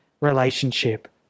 relationship